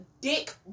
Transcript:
dick